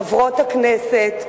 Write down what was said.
חברות הכנסת,